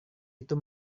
itu